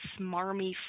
smarmy